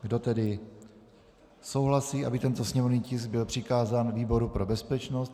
Kdo souhlasí, aby tento sněmovní tisk byl přikázán výboru pro bezpečnost?